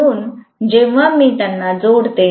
म्हणून जेव्हा मी त्यांना जोडते